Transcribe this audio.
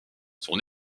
sont